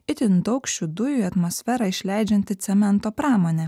itin daug šių dujų į atmosferą išleidžianti cemento pramonė